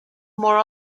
more